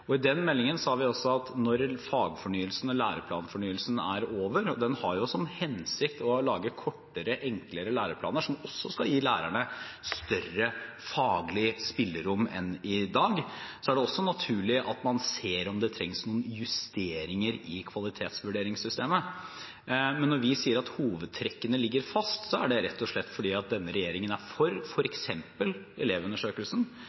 I den meldingen sa vi også at når fagfornyelsen og læreplanfornyelsen er over – og de har jo til hensikt å lage kortere, enklere læreplaner, som også skal gi lærerne større faglig spillerom enn i dag – er det også naturlig at man ser om det trengs noen justeringer i kvalitetsvurderingssystemet. Men når vi sier at hovedtrekkene ligger fast, er det rett og slett fordi denne regjeringen er for f.eks. Elevundersøkelsen, vi er for